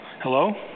Hello